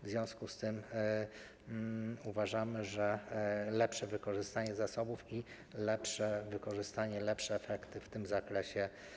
W związku z tym uważamy, że lepsze wykorzystanie zasobów, lepsze wykorzystanie i lepsze efekty będą w tym zakresie.